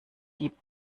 die